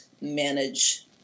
manage